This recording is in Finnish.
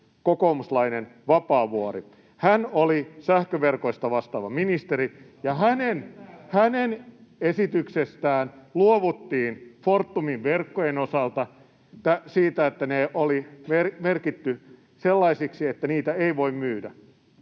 elinkeinoministeri Vapaavuori. Hän oli sähköverkoista vastaava ministeri, ja hänen esityksestään luovuttiin Fortumin verkkojen osalta siitä, että ne oli merkitty sellaisiksi, että niitä ei voi myydä.